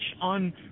on